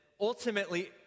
ultimately